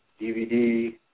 DVD